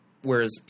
whereas